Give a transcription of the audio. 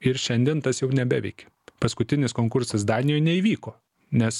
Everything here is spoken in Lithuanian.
ir šiandien tas jau nebeveikia paskutinis konkursas danijoj neįvyko nes